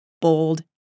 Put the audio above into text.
bold